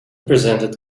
presented